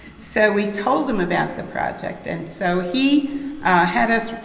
so, we told him about the project and so he had us,